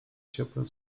ciepłem